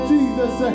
Jesus